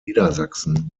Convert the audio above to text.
niedersachsen